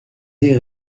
des